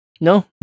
No